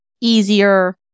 easier